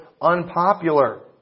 unpopular